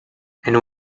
and